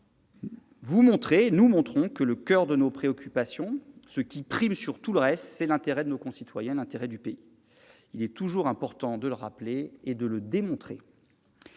possible. Nous montrons que le coeur de nos préoccupations, ce qui prime sur tout le reste, c'est l'intérêt de nos concitoyens, l'intérêt du pays. Il est toujours important de le rappeler et de le démontrer.